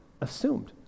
assumed